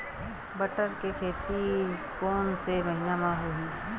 बटर के खेती कोन से महिना म होही?